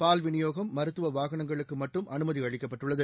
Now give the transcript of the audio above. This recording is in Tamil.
பால் விநியோகம் மருத்துவ வாகனங்களுக்கு மட்டும் அனுமதி அளிக்கப்பட்டுள்ளது